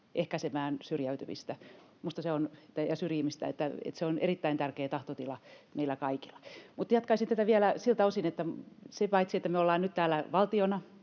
ehkäisemään syrjimistä. Minusta se on erittäin tärkeä tahtotila meillä kaikilla. Jatkaisin tätä vielä siltä osin, että paitsi että me olemme nyt täällä valtiona,